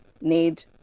need